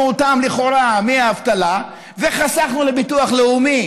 אותם לכאורה מהאבטלה וחסכנו לביטוח לאומי